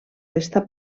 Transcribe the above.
resta